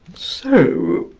so,